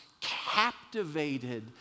captivated